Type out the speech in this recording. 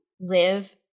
live